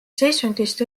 seisundist